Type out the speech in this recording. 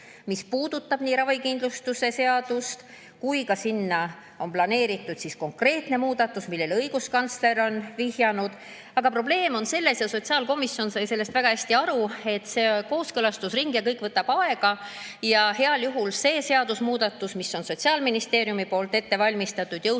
mis puudutab ravikindlustuse seadust ja sinna on planeeritud ka konkreetne muudatus, millele õiguskantsler on vihjanud. Aga probleem on selles – sotsiaalkomisjon sai sellest väga hästi aru –, et on kooskõlastusring, kõik võtab aega ja heal juhul see seadusemuudatus, mis on Sotsiaalministeeriumis ette valmistatud, jõustuks